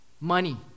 money